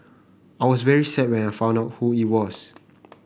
I was very sad when I found out who it was